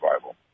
Bible